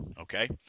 okay